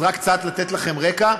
אז רק קצת לתת לכם רקע,